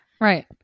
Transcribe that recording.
right